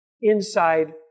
inside